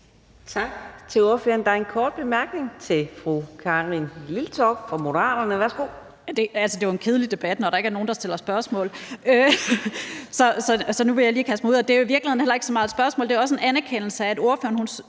Tak til ordføreren. Der er en kort bemærkning. Fru Karin Liltorp, Moderaterne.